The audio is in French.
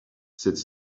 cette